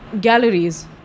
galleries